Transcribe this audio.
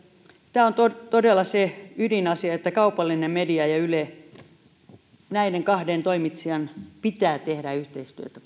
tämä on todella todella se ydin asia että kaupallisen median ja ylen näiden kahden toimitsijan pitää tehdä yhteistyötä